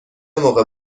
موقع